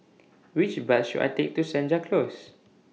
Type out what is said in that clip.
Which Bus should I Take to Senja Close